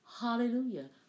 Hallelujah